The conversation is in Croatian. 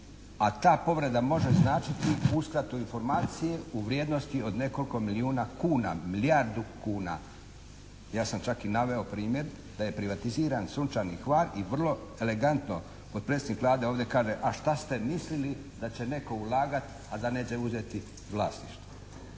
A ta povreda može značiti uskratu informacije u vrijednosti od nekoliko milijuna kuna, milijardu kuna. Ja sam čak i naveo primjer da je privatiziran "Sunčani Hvar" i vrlo elegantno potpredsjednik Vlade ovdje kaže a šta ste mislili da će netko ulagati a da neće uzeti vlasništvo.